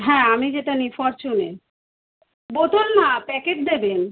হ্যাঁ আমি যেটা নিই ফরচুনের বোতল না প্যাকেট দেবেন